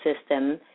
system